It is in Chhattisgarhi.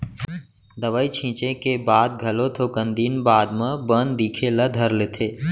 दवई छींचे के बाद घलो थोकन दिन बाद म बन दिखे ल धर लेथे